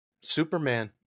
Superman